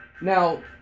Now